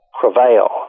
prevail